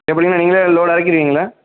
எப்படிங்கண்ணா நீங்களே லோட் இறக்கிருவிங்களா